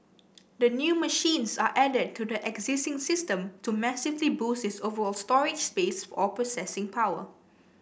the new machines are added to the existing system to massively boost its overall storage space or processing power